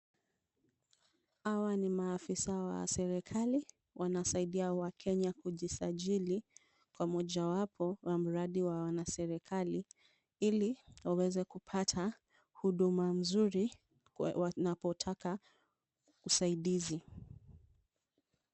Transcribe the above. Hawa ni maafisa wa serikali wanasaidia wakenya kujisajili kwa mojawapo wa mradi wa wanaserikali ili waweze kupata huduma mzuri wanapotaka usaidizi.